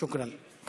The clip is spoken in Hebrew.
שוכרן.